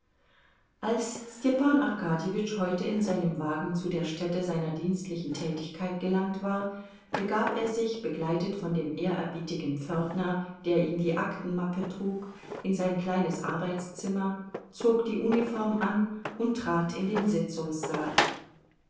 als stepan arkadjewitsch heute in seinem wagen zu der stätte seiner dienstlichen tätigkeit gelangt war begab er sich begleitet von dem ehrerbietigen pförtner der ihm die aktenmappe trug in sein kleines arbeitszimmer zog die uniform an und trat in den sitzungssaal